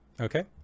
Okay